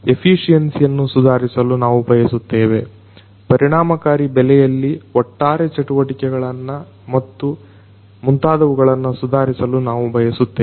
ಎಫಿಸಿಯೆನ್ಸಿಯನ್ನು ಸುಧಾರಿಸಲು ನಾವು ಬಯಸುತ್ತೇವೆ ಪರಿಣಾಮಕಾರಿ ಬೆಲೆಯಲ್ಲಿ ಒಟ್ಟಾರೆ ಚಟುವಟಿಕೆಗಳನ್ನ ಮತ್ತು ಮುಂತಾದವುಗಳನ್ನ ಸುಧಾರಿಸಲು ನಾವು ಬಯಸುತ್ತೇವೆ